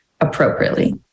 appropriately